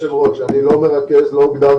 אני לא מרכז.